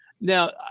Now